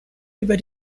über